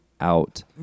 out